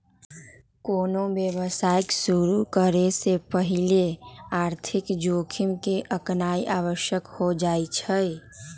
कोनो व्यवसाय के शुरु करे से पहिले आर्थिक जोखिम के आकनाइ आवश्यक हो जाइ छइ